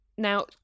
Now